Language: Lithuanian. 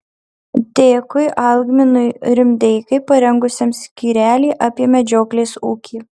dėkui algminui rimdeikai parengusiam skyrelį apie medžioklės ūkį